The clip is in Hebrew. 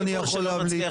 אם אני יכול להמליץ.